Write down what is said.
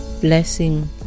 Blessing